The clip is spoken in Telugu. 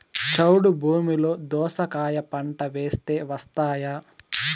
చౌడు భూమిలో దోస కాయ పంట వేస్తే వస్తాయా?